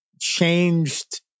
changed